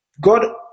God